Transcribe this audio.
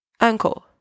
uncle